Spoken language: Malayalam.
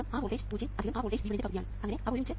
5 V1 ആ വോൾട്ടേജ് 0 ആ വോൾട്ടേജ് V1 ന്റെ പകുതിയാണ്